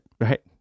Right